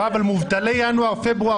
אבל מובטלי ינואר-פברואר,